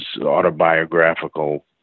autobiographical